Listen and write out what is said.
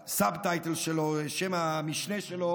ששם המשנה שלו